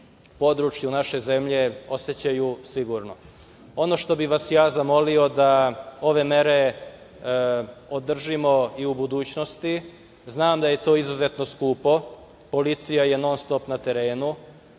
području naše zemlje osećaju sigurno. Ono što bih vas ja zamolio da ove mere održimo i u budućnosti. Znam da je to izuzetno skupo. Policija je non-stop na terenu.